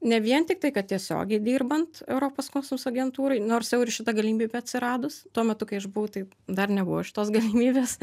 ne vien tik tai kad tiesiogiai dirbant europos kosmoso agentūrai nors jau ir šitą galimybė atsiradus tuo metu kai aš buvau tai dar nebuvo šitos galimybės